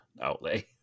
outlay